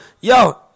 yo